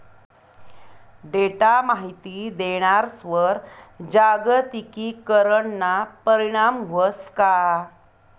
Data माहिती देणारस्वर जागतिकीकरणना परीणाम व्हस का?